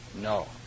no